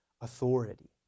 authority